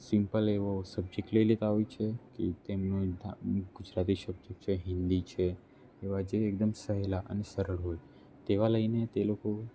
simple એવો subject લઈ લેતા હોય છે કે તેમનું ધા ગુજરાતી સબ્જેક્ટ છે હિન્દી છે એવા જે એકદમ સહેલા અને સરળ હોય તેવા લઈને તે લોકો